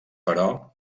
però